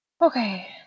Okay